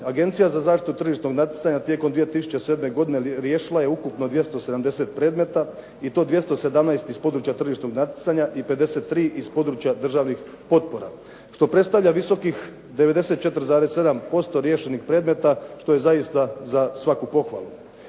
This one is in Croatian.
Agencija za zaštitu tržišnog natjecanja tijekom 2007. riješila je ukupno 270 predmeta i to 217 iz područja tržišnog natjecanja i 53 iz područja državnih potpora što predstavlja visokih 94,7% riješenih predmeta što je zaista za svaku pohvalu.